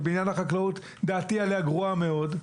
שבעניין החקלאות דעתי עליה גרועה מאוד,